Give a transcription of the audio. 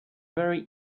very